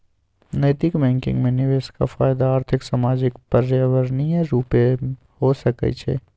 नैतिक बैंकिंग में निवेश पर फयदा आर्थिक, सामाजिक, पर्यावरणीय रूपे हो सकइ छै